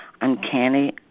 uncanny